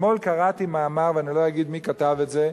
אתמול קראתי מאמר, ולא אגיד מי כתב את זה,